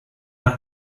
una